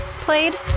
played